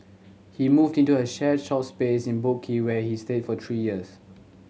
he moved into a shared shop space in Boat Quay where he stayed for three years